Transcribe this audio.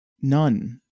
none